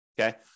Okay